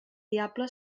diable